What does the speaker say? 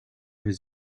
his